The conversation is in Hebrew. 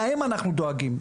להם אנחנו דואגים.